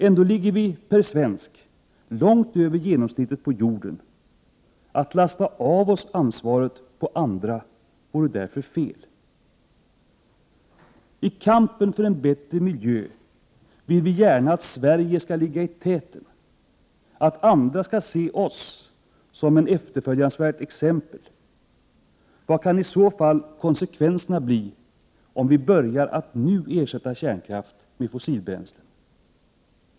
Ändå ligger vi per capita långt över genomsnittet på jorden. Att lasta av oss ansvaret på andra vore därför fel. I kampen för en bättre miljö vill vi gärna att Sverige skall ligga i täten, att andra skall se oss som ett efterföljansvärt exempel. Vad kan i så fall konsekvenserna bli om vi börjar att nu ersätta kärnkraft med fossilbränslen?